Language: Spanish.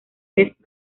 pez